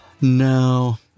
No